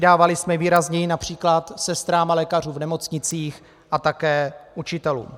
Přidávali jsme výrazněji například sestrám a lékařům v nemocnicích a také učitelům.